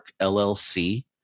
LLC